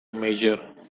measure